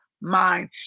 mind